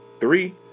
three